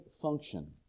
function